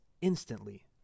instantly